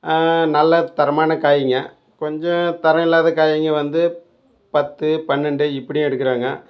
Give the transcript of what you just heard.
நல்ல தரமான காய்ங்க கொஞ்சம் தரம் இல்லாத காய்ங்க வந்து பத்து பன்னெரெண்டு இப்படியும் எடுக்கிறாங்க